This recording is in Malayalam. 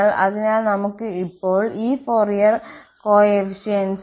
അതിനാൽ നമ്മൾ ക്ക് ഇപ്പോൾ ഈ ഫൊറിയർ ഗുണകങ്ങളുണ്ട്